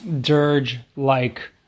dirge-like